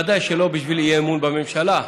ודאי שלא בשביל אי-אמון בממשלה,